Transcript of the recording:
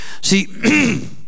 See